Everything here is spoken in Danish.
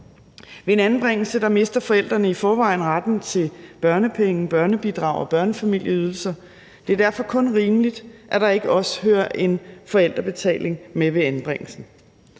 Ved en anbringelse mister forældrene i forvejen retten til børnepenge, børnebidrag og børnefamilieydelser, og det er derfor kun rimeligt, at der ikke også hører en forældrebetaling med ved anbringelsen.